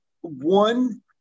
one